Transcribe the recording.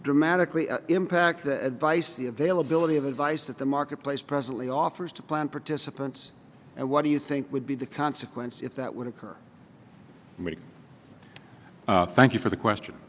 dramatically impact the vice the availability of advice that the marketplace presently offers to plan participants and what do you think would be the consequence if that would occur to me thank you for the question